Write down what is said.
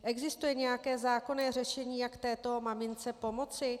Existuje nějaké zákonné řešení, jak této mamince pomoci?